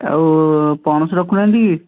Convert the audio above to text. ଆଉ ପଣସ ରଖୁ ନାହାନ୍ତି କି